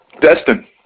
Destin